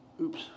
Oops